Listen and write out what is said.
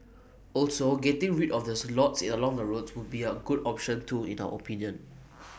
also getting rid of the slots in along the roads would be A good option too in our opinion